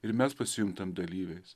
ir mes pasijuntam dalyviais